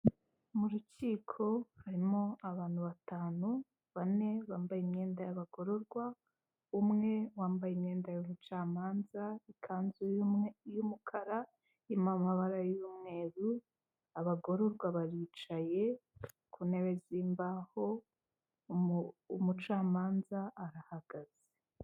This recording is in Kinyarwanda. Murukiko harimo abantu batanu, bane bambaye imyenda y'abagororwa, umwe wambaye imyenda y'ubucamanza ikanzu y'umukara irimo amabara y'umweru, abagororwa baricaye ku ntebe z'imbaho umucamanza arahagaze.